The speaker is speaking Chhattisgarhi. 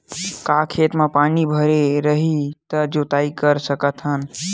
का खेत म पानी भरे रही त जोताई कर सकत हन?